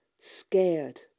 scared